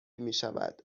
میشود